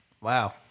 Wow